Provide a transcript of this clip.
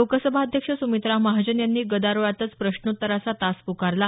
लोकसभा अध्यक्ष सुमित्रा महाजन यांनी गदारोळात प्रश्नोत्तराचा तास प्रकारला